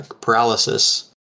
paralysis